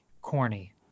corny